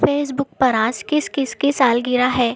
face بک پر آج کس کس کی سالگرہ ہے